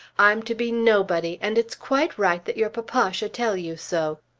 i'm to be nobody, and it's quite right that your papa should tell you so.